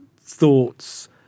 thoughts